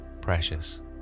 precious